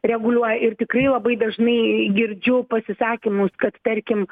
reguliuoja ir tikrai labai dažnai girdžiu pasisakymus kad tarkim